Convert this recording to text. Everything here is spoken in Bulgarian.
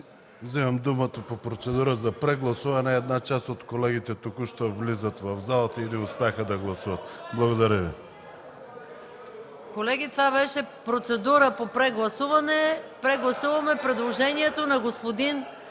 Вземам думата по процедура за прегласуване. Една част от колегите току-що влизат в залата и не успяха да гласуват. Благодаря Ви. ПРЕДСЕДАТЕЛ МАЯ МАНОЛОВА: Колеги, това беше процедура по прегласуване на предложението на господин